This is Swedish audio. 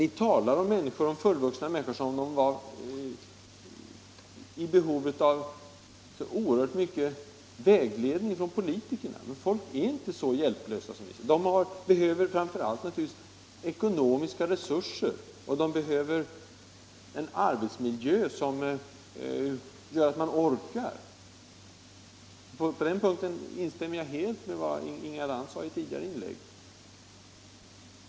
Ni talar om fullvuxna människor som om de var i behov av oerhört mycket vägledning från politikerna. Men folk är inte så hjälplösa som ni tror. De behöver naturligtvis framför allt ekonomiska resurser och en arbetsmiljö som gör att de orkar med. På den punkten instämmer jag helt i vad fru Lantz sade i ett tidigare inlägg.